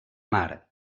mare